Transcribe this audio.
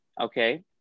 okay